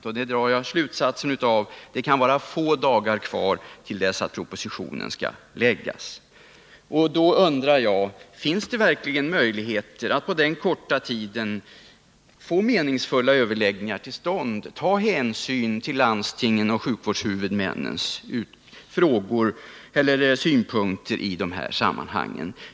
Av det drar jag slutsatsen att det bara är få dagar kvar till dess att propositionen skall läggas fram. Då undrar jag: Finns det verkligen några möjligheter att på den korta tiden få till stånd meningsfulla överläggningar och ta hänsyn till landstingens och sjukvårdshuvudmännens frågor eller synpunkter i de här sammanhangen?